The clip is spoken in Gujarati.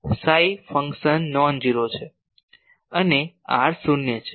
તેથી સાઈ ફંક્શન નોનઝેરો છે અને r શૂન્ય છે